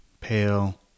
pale